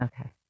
Okay